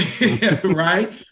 right